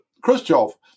Khrushchev